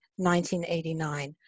1989